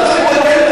למה לקלקל,